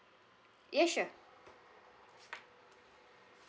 yes sure